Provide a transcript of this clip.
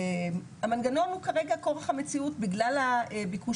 המנגנון הוא כרגע כורח המציאות בגלל הביקוש